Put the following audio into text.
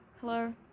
hello